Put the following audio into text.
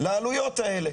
מדיני לעלויות האלה.